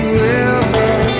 river